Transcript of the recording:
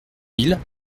mille